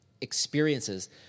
experiences